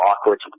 awkward